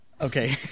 Okay